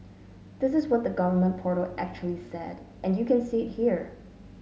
this is what the government portal actually said and you can see it here